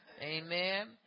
Amen